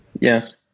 Yes